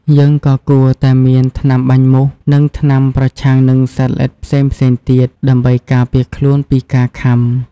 យើងក៏គួរតែមាន ថ្នាំបាញ់មូស និងថ្នាំប្រឆាំងនឹងសត្វល្អិតផ្សេងៗទៀត ដើម្បីការពារខ្លួនពីការខាំ។